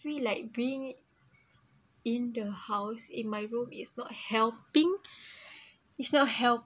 feel like being in the house in my room is not helping is not helping